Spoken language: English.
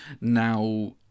Now